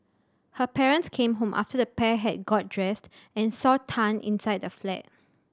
her parents came home after the pair had got dressed and saw Tan inside the flat